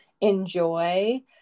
enjoy